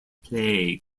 plague